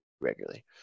regularly